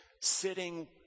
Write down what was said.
sitting